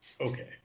Okay